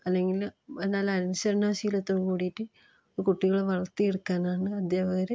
അല്ലെങ്കിൽ നല്ല അനുസരണാശീലത്തോട് കൂടിയിട്ട് കുട്ടികളെ വളർത്തിയെടുക്കാനാണ് അദ്ധ്യാപകർ